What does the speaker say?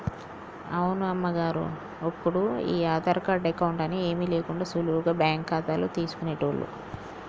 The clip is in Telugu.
అవును అమ్మగారు ఒప్పుడు ఈ ఆధార్ కార్డు అకౌంట్ అని ఏమీ లేకుండా సులువుగా బ్యాంకు ఖాతాలు తీసుకునేటోళ్లు